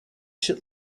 should